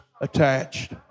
attached